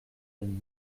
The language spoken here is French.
amis